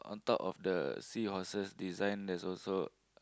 top of the seahorses design there's also